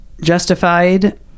justified